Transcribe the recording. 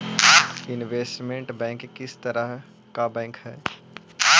investment bank किस तरह का बैंक हई